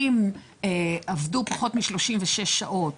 אם עבדו פחות מ-36 שעות.